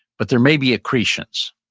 but there may be accretions.